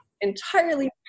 entirely